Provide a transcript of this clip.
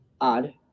Odd